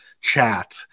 chat